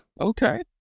Okay